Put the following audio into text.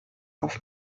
auf